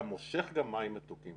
אתה מושך גם מים מתוקים